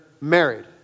married